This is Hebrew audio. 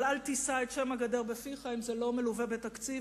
אבל אל תישא את שם הגדר בפיך אם זה לא מלווה בתקציב,